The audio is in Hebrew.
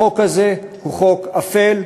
החוק הזה הוא חוק אפל,